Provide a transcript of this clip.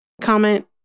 Comment